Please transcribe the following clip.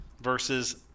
versus